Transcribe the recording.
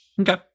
Okay